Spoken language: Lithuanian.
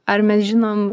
ar mes žinom